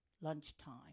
lunchtime